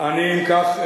אם כך,